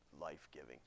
life-giving